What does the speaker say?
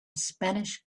spanish